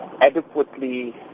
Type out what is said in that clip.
adequately